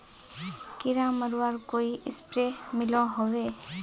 कीड़ा मरवार कोई स्प्रे मिलोहो होबे?